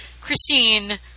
Christine